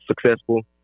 successful